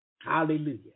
Hallelujah